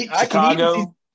Chicago